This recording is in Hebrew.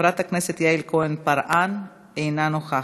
חברת הכנסת יעל כהן-פארן, אינה נוכחת.